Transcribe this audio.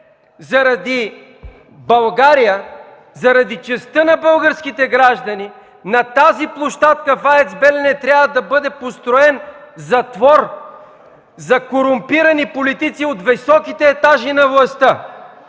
заради България, заради честта на българските граждани, на тази площадка в АЕЦ „Белене” трябва да бъде построен затвор за корумпирани политици от високите етажи на властта.